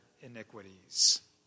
iniquities